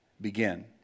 begin